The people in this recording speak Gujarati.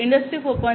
ઇન્ડસ્ટ્રી 4